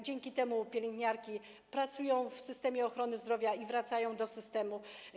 Dzięki temu pielęgniarki pracują w systemie ochrony zdrowia i wracają do systemu.